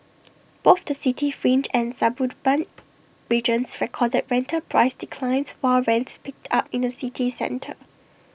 both the city fringe and suburban regions recorded rental price declines while rents picked up in the city centre